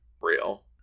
Real